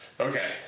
Okay